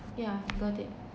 yeah got it